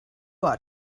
ought